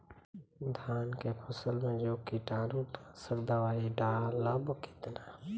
धान के फसल मे जो कीटानु नाशक दवाई डालब कितना?